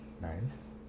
Nice